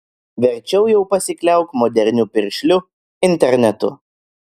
verčiau jau pasikliauk moderniu piršliu internetu